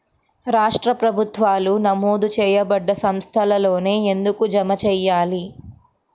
రాష్ట్ర ప్రభుత్వాలు నమోదు చేయబడ్డ సంస్థలలోనే ఎందుకు జమ చెయ్యాలి?